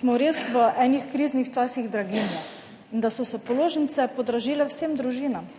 smo res v enih kriznih časih draginje in da so se položnice podražile vsem družinam,